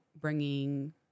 bringing